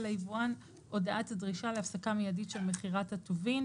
ליבואן הודעת דרישה להפסקה מיידית של מכירת הטובין,